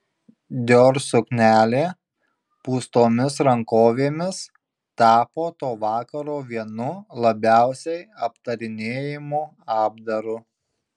dior suknelė pūstomis rankovėmis tapo to vakaro vienu labiausiai aptarinėjamu apdaru